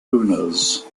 owners